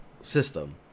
system